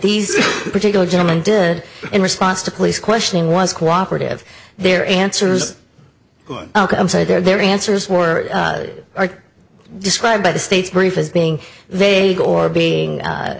these particular gentleman did in response to police questioning was cooperative their answers their answers were described by the state's brief as being vague or being u